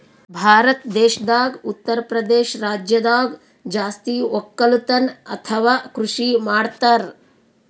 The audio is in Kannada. ಭಾರತ್ ದೇಶದಾಗ್ ಉತ್ತರಪ್ರದೇಶ್ ರಾಜ್ಯದಾಗ್ ಜಾಸ್ತಿ ವಕ್ಕಲತನ್ ಅಥವಾ ಕೃಷಿ ಮಾಡ್ತರ್